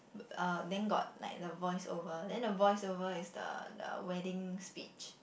uh then got like the voice over then the voice over is the the wedding speech